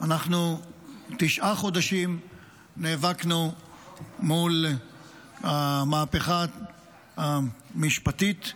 תשעה חודשים נאבקנו מול המהפכה המשפטית,